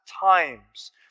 times